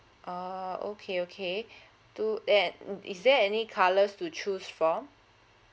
oh okay okay to and is there any colours to choose from